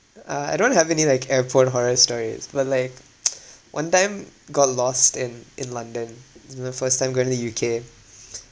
uh I don't have any like airport horror stories but like one time got lost in in london it's my first time going to the U_K